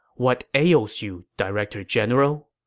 what ails you, director general?